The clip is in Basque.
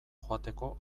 joateko